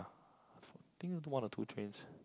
I think one or two trains